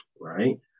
right